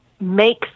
make